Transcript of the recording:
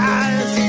eyes